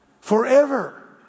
forever